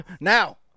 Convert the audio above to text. Now